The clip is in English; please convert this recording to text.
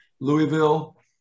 Louisville